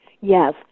Yes